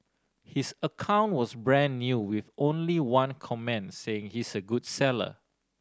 his account was brand new with only one comment saying he's a good seller